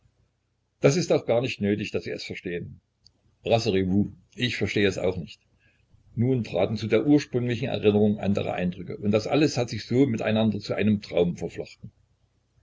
das ist auch gar nicht nötig daß sie es verstehen rassurez vous ich verstehe es auch nicht nun traten zu der ursprünglichen erinnerung andere eindrücke und das alles hat sich so mit einander zu einem traum verflochten